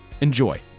Enjoy